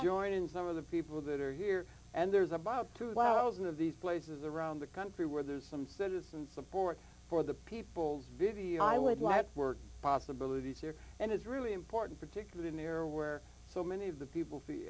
joining some of the people that are here and there's about two hours of these places around the country where there's some citizen support for the people's vivi i would live work possibilities here and it's really important particularly in there where so many of the people fee